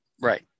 right